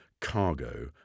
cargo